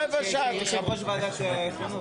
אם כך עוברים להצבעה.